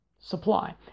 supply